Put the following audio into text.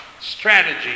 strategy